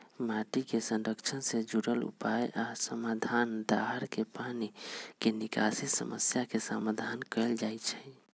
माटी के संरक्षण से जुरल उपाय आ समाधान, दाहर के पानी के निकासी समस्या के समाधान कएल जाइछइ